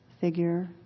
figure